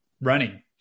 running